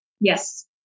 Yes